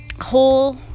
whole